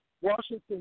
Washington